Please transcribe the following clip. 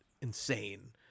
insane